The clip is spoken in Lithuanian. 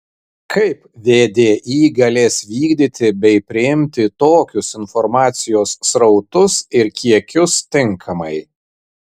kaip vdi galės vykdyti bei priimti tokius informacijos srautus ir kiekius tinkamai